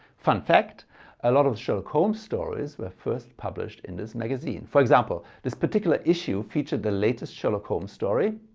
fun fact a lot of sherlock holmes stories were first published in this magazine. for example, this particular issue featured the latest sherlock holmes story